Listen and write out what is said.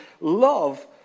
love